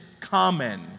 common